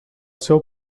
seu